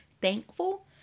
thankful